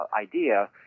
idea